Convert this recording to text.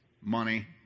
Money